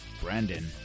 Brandon